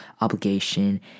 obligation